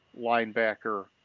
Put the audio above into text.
linebacker